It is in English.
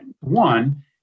One